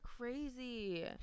crazy